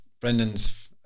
Brendan's